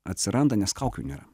atsiranda nes kaukių nėra